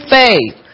faith